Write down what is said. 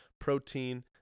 protein